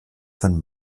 von